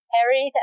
Harry